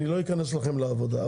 אני לא אכנס לכם לעבודה.